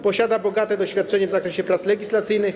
Posiada bogate doświadczenie w zakresie prac legislacyjnych.